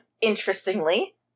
interestingly